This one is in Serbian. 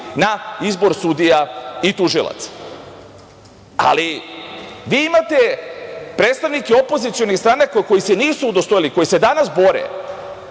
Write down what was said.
na izbor sudija i tužilaca. Ali, vi imate predstavnike opozicionih stranaka koji se nisu udostojili, koji se danas bore